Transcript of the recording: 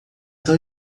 tão